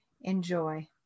Enjoy